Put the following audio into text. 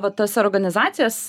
va tas organizacijas